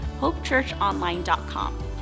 HopeChurchOnline.com